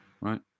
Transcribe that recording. Right